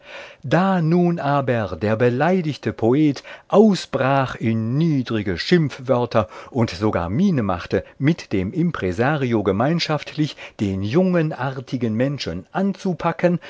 da nun aber der beleidigte poet ausbrach in niedrige schimpfwörter und sogar miene machte mit dem impresario gemeinschaftlich den jungen artigen menschen anzupacken